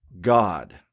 God